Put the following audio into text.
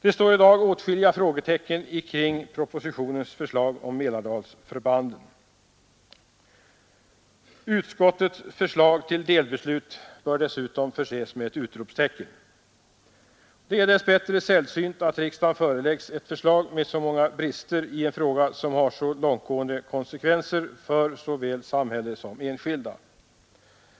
Det står i dag åtskilliga frågetecken kring propositionens förslag om Mälardalsförbanden. Utskottets förslag till delbeslut bör desutom förses med ett utropstecken. Det är dess bättre sällsynt att riksdagen föreläggs ett förslag med så många brister i en fråga som har så långtgående konsekvenser för såväl samhälle som enskilda.